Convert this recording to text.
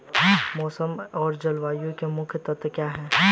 मौसम और जलवायु के मुख्य तत्व क्या हैं?